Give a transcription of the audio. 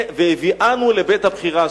"והביאנו לבית הבחירה",